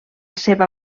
seva